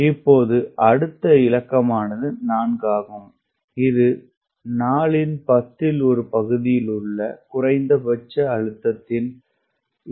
இப்போது அடுத்த இலக்கமானது 4 ஆகும் இது நாளின் பத்தில் ஒரு பகுதியிலுள்ள குறைந்தபட்ச அழுத்தத்தின் இருப்பிடத்தைக் கூறுகிறது